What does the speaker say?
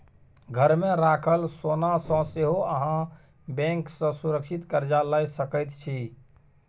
घरमे राखल सोनासँ सेहो अहाँ बैंक सँ सुरक्षित कर्जा लए सकैत छी